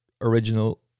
original